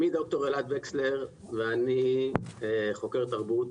אני חוקר תרבות